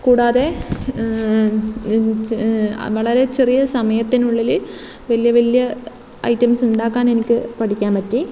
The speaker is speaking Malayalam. കൂടാതെ വളരെ ചെറിയ സമയത്തിനുള്ളിൽ വലിയ വലിയ ഐറ്റംസ് ഉണ്ടാക്കാൻ എനിക്ക് പഠിക്കാൻ പറ്റി